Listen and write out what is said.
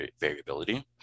variability